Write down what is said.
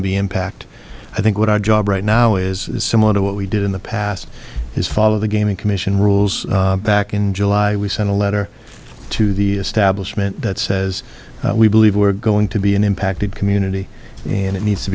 to be impact i think what our job right now is similar to what we did in the past is follow the gaming commission rules back in july we sent a letter to the establishment that says we believe we're going to be in impacted community and it needs to